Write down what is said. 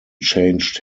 changed